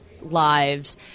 lives